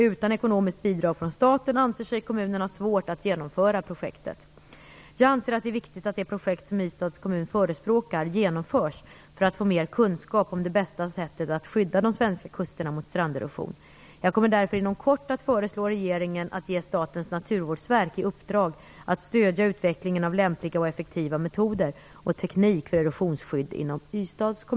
Utan ekonomiskt bidrag från staten anser sig kommunen ha svårt att genomföra projektet. Jag anser att det är viktigt att det projekt som Ystads kommun förespråkar genomförs för att få mer kunskap om det bästa sättet att skydda de svenska kusterna mot stranderosion. Jag kommer därför inom kort att föreslå regeringen att ge Statens naturvårdsverk i uppdrag att stödja utvecklingen av lämpliga och effektiva metoder och teknik för erosionsskydd inom